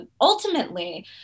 ultimately